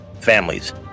families